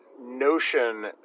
notion